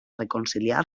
reconciliar